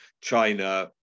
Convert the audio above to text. China